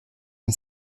une